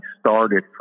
started